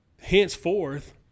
henceforth